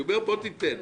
אני אומר: תיתן.